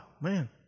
man